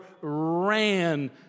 ran